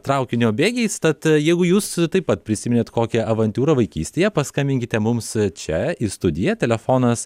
traukinio bėgiais tad jeigu jūs taip pat prisiminėt kokią avantiūrą vaikystėje paskambinkite mums čia į studiją telefonas